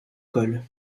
col